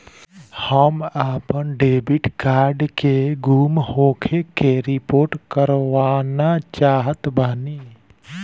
हम आपन debit card के गुम होखे के रिपोर्ट करवाना चाहत बानी